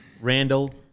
Randall